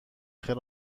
خیر